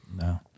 No